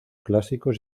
clásicos